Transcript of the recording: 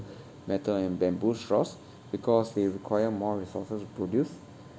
metal and bamboo straws because they require more resources produced